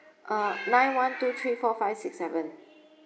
uh nine one two three four five six seven